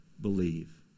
believe